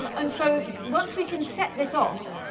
um and so once we can set this off,